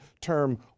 term